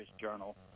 journal